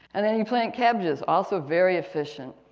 and then you plant cabbages, also very efficient.